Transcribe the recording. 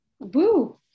boo